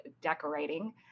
decorating